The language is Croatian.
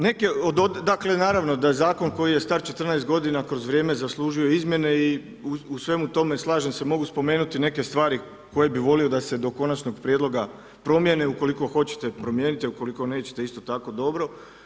Neke od, dakle naravno da zakon koji je star 14 godina kroz vrijeme zaslužuje izmjene i u svemu tome slažem se, mogu spomenuti neke stvari koje bih volio da se do konačnog prijedloga promjene, ukoliko hoćete promijenite, ukoliko nećete isto tako dobro.